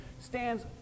stands